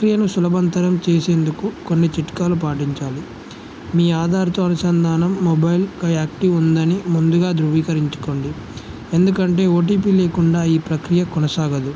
ప్రక్రియను సులభంతరం చేసేందుకు కొన్ని చిట్కాలు పాటించాలి మీ ఆధారతో అనుసంధానం మొబైల్ క యాక్టివ్ ఉందని ముందుగా ధృవీకరించుకోండి ఎందుకంటే ఓటీపీ లేకుండా ఈ ప్రక్రియ కొనసాగదు